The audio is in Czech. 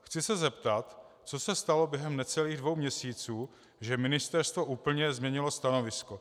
Chci se zeptat, co se stalo během necelých dvou měsíců, že ministerstvo úplně změnilo stanovisko.